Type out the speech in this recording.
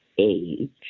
age